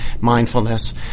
mindfulness